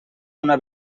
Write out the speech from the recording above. una